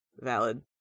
Valid